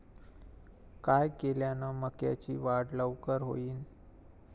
काय केल्यान मक्याची वाढ लवकर होईन?